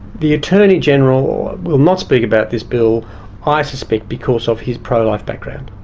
the attorney general will not speak about this bill i suspect because of his pro-life background.